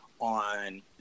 on